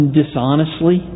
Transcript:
dishonestly